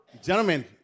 Gentlemen